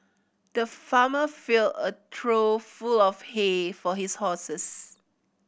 the farmer filled a trough full of hay for his horses